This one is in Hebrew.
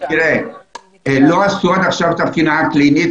לא עשו עד עכשיו את הבחינה הקלינית,